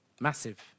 Massive